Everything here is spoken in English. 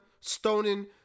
stoning